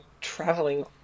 traveling